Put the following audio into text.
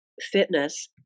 fitness